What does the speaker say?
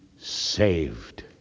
saved